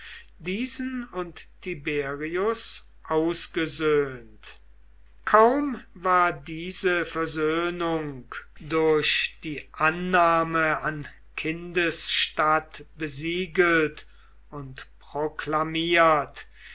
diesen und tiberius ausgesöhnt kaum war diese versöhnung durch die annahme an kindesstatt besiegelt und proklamiert